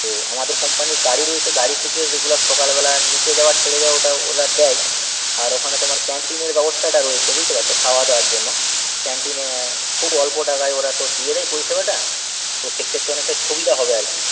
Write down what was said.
তো আমাদের কোম্পানির গাড়ি রয়েছে গাড়ি থেকে রেগুলার সকালবেলা নিতে যাওয়া ছেড়ে যাওয়া ওটা ওরা দেয় আর ওখানে তোমার ক্যান্টিনের ব্যবস্থাটা রয়েছে বুঝতে পারছ খাওয়া দাওয়ার জন্য ক্যান্টিনে খুব অল্প টাকায় ওরা তো দিয়ে দেয় পরিষেবাটা তো সেক্ষেত্রে অনেকটাই সুবিধা হবে আর কি